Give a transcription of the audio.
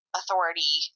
authority